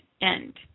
end